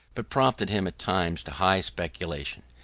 but prompted him at times to high speculation.